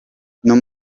non